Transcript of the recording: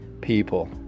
people